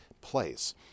place